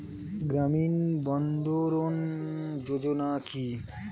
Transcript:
গ্রামীণ বন্ধরন যোজনা কি?